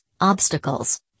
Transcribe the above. obstacles